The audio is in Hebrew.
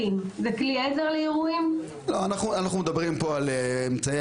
ההסבר ואנחנו ביקשנו שזה יצוין גם בתקנות עצמן.